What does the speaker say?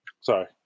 Sorry